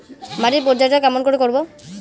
মাটির পরিচর্যা কেমন করে করব?